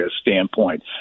standpoint